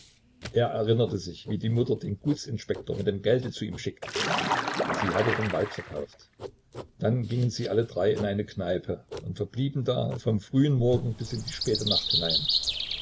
er erinnerte sich wie die mutter den gutsinspektor mit dem gelde zu ihm schickte sie hatte den wald verkauft dann gingen sie alle drei in eine kneipe und verblieben da vom frühen morgen bis in die späte nacht hinein